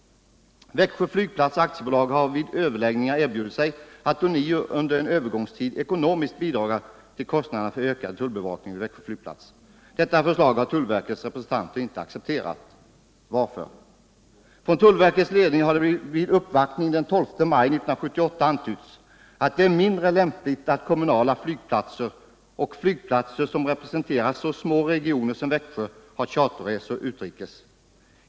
Växjö Flygplats AB har vid överläggningar erbjudit sig att ånyo under en övergångstid ekonomiskt bidra till kostnaderna för tullbevakning vid Växjö flygplats. Detta förslag har tullverkets representanter inte accepterat. Varför? Tullverkets ledning har vid uppvaktning den 12 maj antytt att det är mindre lämpligt att kommunala flygplatser och flygplatser som representerar så små regioner som Växjö har charterresor utrikes.